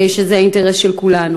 שזה האינטרס של כולנו?